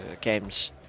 games